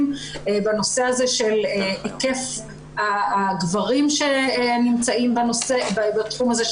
בנושא הזה של היקף הגברים שנמצאים בתחום הזה,